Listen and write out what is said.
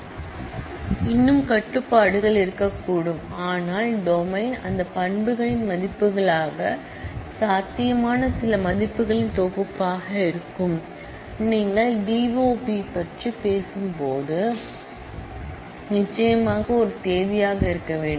இன்னும் ரெஸ்ட்ரிக்க்ஷன் இருக்கக்கூடும் ஆனால் டொமைன் அந்த ஆட்ரிபூட்ஸ் களின் மதிப்புகளாக சாத்தியமான சில மதிப்புகளின் தொகுப்பாக இருக்கும் நீங்கள் டி ஓ பி பற்றி பேசும்போது நிச்சயமாக ஒரு தேதியாக இருக்க வேண்டும்